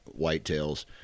whitetails